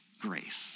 grace